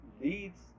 leads